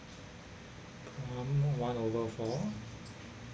um one over four